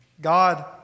God